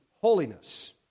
holiness